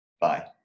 Bye